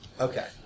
Okay